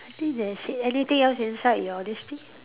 I think that is it anything else inside your this thing